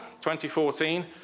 2014